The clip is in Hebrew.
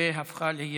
והפכה להיות